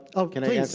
okay.